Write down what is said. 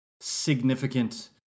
significant